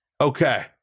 Okay